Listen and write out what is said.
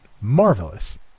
Marvelous